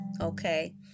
okay